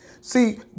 See